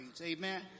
amen